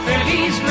Feliz